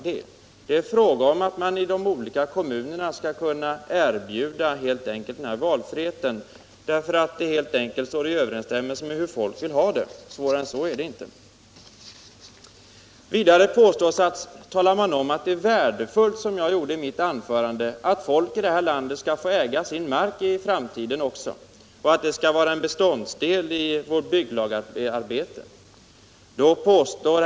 Vad det gäller är att man i de olika kommunerna skall kunna erbjuda olika alternativ, därför att det helt enkelt står i överensstämmelse med hur folk vill ha det. Svårare än så är det inte. Vidare är det, som jag sade i mitt anförande, värdefullt att folk i framtiden också får äga sin mark och att det skall vara en beståndsdel i arbetet med vår bygglagstiftning.